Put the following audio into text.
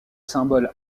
symboles